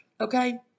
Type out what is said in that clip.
okay